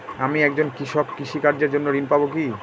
আমি একজন কৃষক কৃষি কার্যের জন্য ঋণ পাব কি?